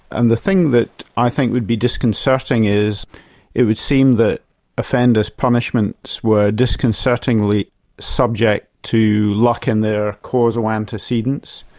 and the thing that i think would be disconcerting is it would seem that offenders' punishments were disconcertingly subject to luck in their causal antecedents,